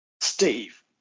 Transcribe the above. Steve